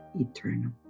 eternal